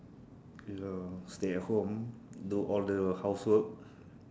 is a stay at home do all the housework